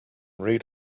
read